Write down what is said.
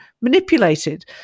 manipulated